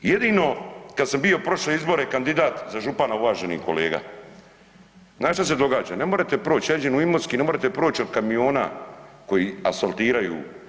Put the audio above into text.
Jedino kad sam bio prošle izbore kandidat za župana, uvaženi kolega, znate što se događa, ne morete proć, ja iđen u Imotski, ne morete proć od kamiona koji asfaltiraju.